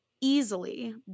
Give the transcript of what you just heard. easily